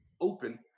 open